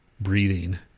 Breathing